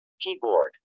Keyboard